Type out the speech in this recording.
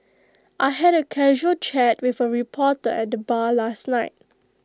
I had A casual chat with A reporter at the bar last night